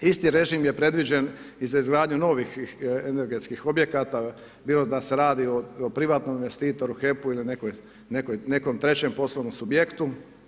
Isti režim je predviđen i za izgradnju novih energetskih objekata, bilo da se radi o privatnom investitoru HEP-u ili nekom trećem poslovnom subjektu.